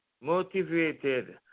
motivated